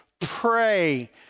pray